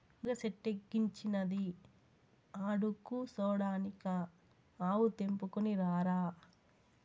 మునగ సెట్టిక్కించినది ఆడకూసోడానికా ఆకు తెంపుకుని రారా